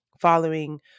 following